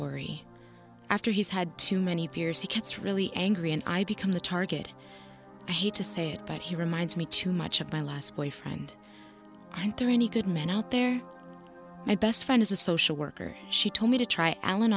worry after he's had too many beers he gets really angry and i become the target i hate to say it but he reminds me too much of my last boyfriend i think any good man out there and best friend is a social worker she told me to try al